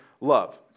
love